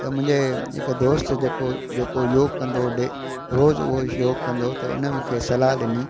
त मुंहिंजे हिकु दोस्त जेको जेको योग कंदो हुओ डेली रोज़ु उहा योग कंदो हुओ त उन मूंखे सलाहु ॾिनी